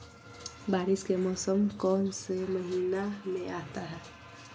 बारिस के मौसम कौन सी महीने में आता है?